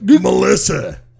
Melissa